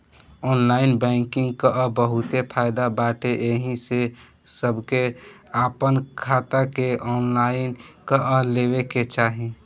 online banking कअ बहुते फायदा बाटे एही से सबके आपन खाता के ऑनलाइन कअ लेवे के चाही